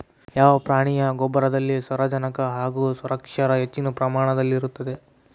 ಯಾವ ಪ್ರಾಣಿಯ ಗೊಬ್ಬರದಲ್ಲಿ ಸಾರಜನಕ ಹಾಗೂ ಸಸ್ಯಕ್ಷಾರ ಹೆಚ್ಚಿನ ಪ್ರಮಾಣದಲ್ಲಿರುತ್ತದೆ?